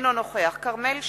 אינו נוכח כרמל שאמה,